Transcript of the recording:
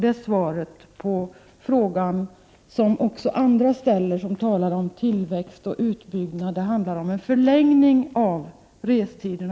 —- Det är svaret på frågan som också andra ställer som talar om tillväxt och utbyggnad: det handlar helt enkelt om en förlängning av restiderna.